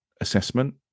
assessment